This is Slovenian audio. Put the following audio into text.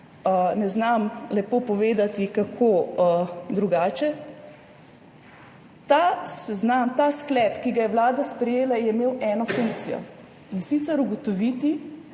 ne znam lepo povedati kako drugače. Ta seznam, ta sklep, ki ga je Vlada sprejela, je imel eno funkcijo, in sicer ugotoviti,